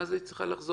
מה זה היא צריכה לחזור?